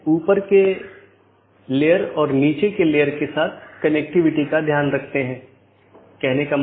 इसलिए उद्देश्य यह है कि इस प्रकार के पारगमन ट्रैफिक को कम से कम किया जा सके